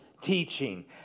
teaching